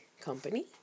company